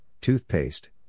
toothpaste